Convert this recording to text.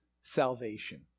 salvation